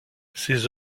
ses